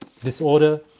Disorder